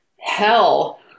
hell